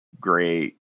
great